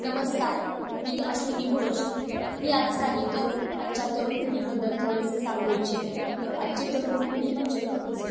नमस्कार मी अश्विनी भोज मी आज काही तरुण आजच्या तरुण पिढीबद्दल थोडेसे सांगू इच्छिते आजची तरुण पिढी म्हणजे